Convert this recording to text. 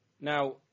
Now